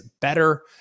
better